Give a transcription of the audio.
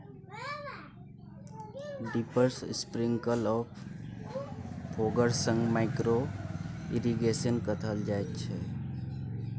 drippers, sprinkle आ foggers सँ micro irrigation कहल जाइत छै